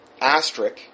asterisk